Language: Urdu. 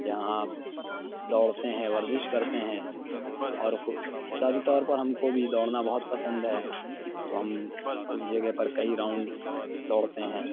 جہاں دوڑتے ہیں ورزش کرتے ہیں اور خو زیادہ طور پر ہم کو بھی دوڑنا بہت پسند ہے تو ہم اس جگہ پر کئی راؤنڈ دوڑتے ہیں